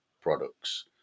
products